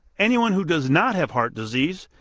anyone who does not have heart disease,